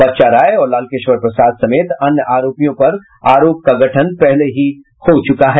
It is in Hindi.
बच्चा राय और लालकेश्वर प्रसाद समेत अन्य आरोपितों पर आरोप का गठन पहले ही हो चुका है